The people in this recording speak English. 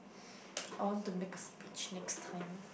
I want to make speech next time